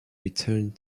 returned